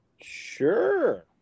Sure